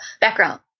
background